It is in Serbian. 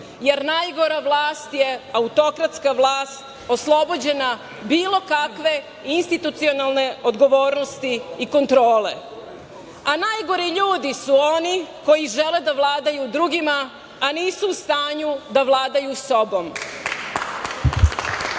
jer najgora vlast je autokratska vlast, oslobođena bilo kakve institucionalne odgovornosti i kontrole. Najgori ljudi su oni koji žele da vladaju drugima, a nisu u stanju da vladaju sobom. Živimo